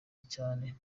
cyane